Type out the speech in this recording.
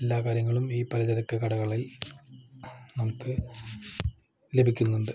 എല്ലാ കാര്യങ്ങളും ഈ പലചരക്ക് കടകളിൽ നമുക്ക് ലഭിക്കുന്നുണ്ട്